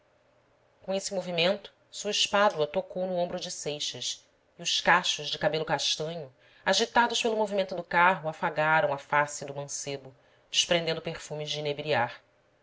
com esse movimento sua espádua tocou no ombro de seixas e os cachos de cabelos castanhos agitados pelo movimento do carro afagaram a face do mancebo desprendendo perfumes de inebriar